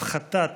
הפחתת